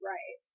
Right